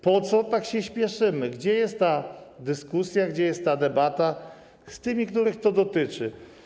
Po co się tak spieszymy, gdzie jest dyskusja, gdzie jest debata z tymi, których to dotyczy?